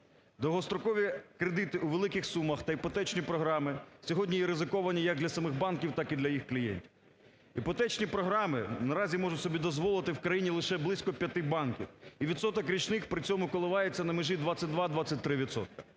Довгострокові кредити у великих сумах та іпотечні програми сьогодні є ризиковані як для самих банків так і для їх клієнтів. Іпотечні програми, наразі можу собі дозволити, в країні лише близько п'яти банків і відсоток річних при цьому коливається на межі 22-23